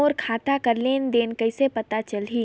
मोर खाता कर लेन देन कइसे पता चलही?